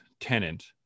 tenant